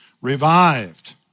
revived